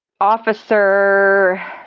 officer